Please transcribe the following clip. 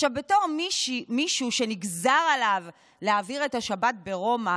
בתור מישהו שנגזר עליו להעביר את השבת ברומא,